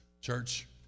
Church